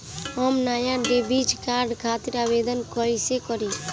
हम नया debit card खातिर आवेदन कईसे करी?